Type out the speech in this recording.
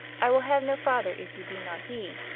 i will have no father if you be not he,